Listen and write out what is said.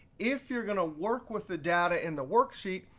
if you're going to work with the data in the worksheet,